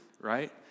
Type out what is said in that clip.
right